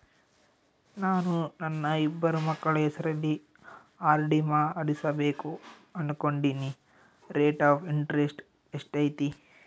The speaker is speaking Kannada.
ನಾನು ನನ್ನ ಇಬ್ಬರು ಮಕ್ಕಳ ಹೆಸರಲ್ಲಿ ಆರ್.ಡಿ ಮಾಡಿಸಬೇಕು ಅನುಕೊಂಡಿನಿ ರೇಟ್ ಆಫ್ ಇಂಟರೆಸ್ಟ್ ಎಷ್ಟೈತಿ?